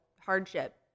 hardship